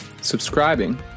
subscribing